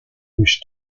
wish